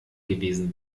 gewesen